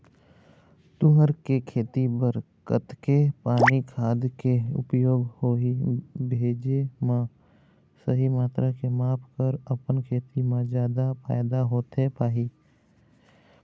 तुंहर के खेती बर कतेक पानी खाद के उपयोग होही भेजे मा सही मात्रा के माप कर अपन खेती मा जादा फायदा होथे पाही?